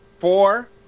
four